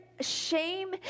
shame